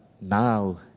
now